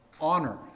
honor